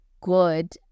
good